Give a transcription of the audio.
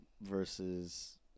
versus